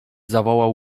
zawołał